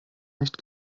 nicht